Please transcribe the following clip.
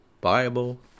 Bible